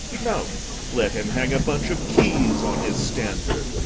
no let him hang a bunch of keys on his standard,